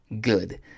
Good